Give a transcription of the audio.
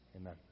Amen